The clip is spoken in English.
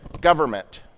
government